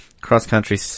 cross-country